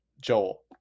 Joel